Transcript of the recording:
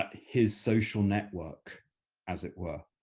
but his social network as it were